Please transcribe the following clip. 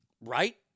Right